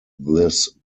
this